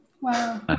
wow